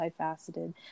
multifaceted